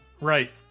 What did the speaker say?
Right